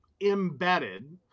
embedded